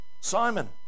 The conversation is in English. Simon